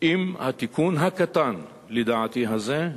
אם התיקון הקטן, לדעתי, הזה,